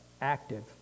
active